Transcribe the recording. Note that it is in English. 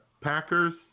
Packers